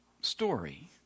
story